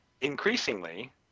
increasingly